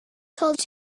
told